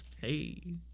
hey